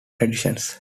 traditions